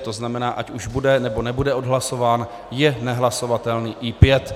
To znamená, ať už bude, nebo nebude odhlasován, je nehlasovatelný I5.